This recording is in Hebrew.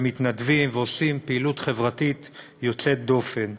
מתנדבים ועושים פעילות חברתית יוצאת דופן.